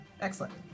excellent